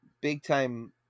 big-time